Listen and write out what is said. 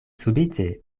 subite